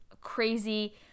crazy